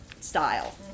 style